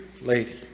lady